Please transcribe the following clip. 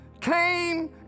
came